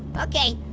okay,